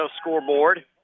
scoreboard